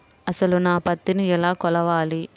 అసలు నా పత్తిని ఎలా కొలవాలి?